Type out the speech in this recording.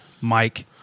Mike